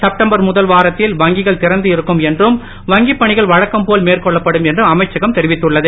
September முதல் வாரத்தில் வங்கிகள் திறந்து இருக்கும் என்றும் வங்கிப் பணிகள் வழங்கும் போல் மேற்கொள்ளப்படும் என்றும் அமைச்சகம் தெரிவித்துள்ளது